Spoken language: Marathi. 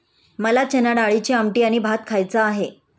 मला चणाडाळीची आमटी आणि भात खायचा आहे